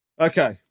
okay